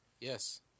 Yes